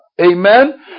Amen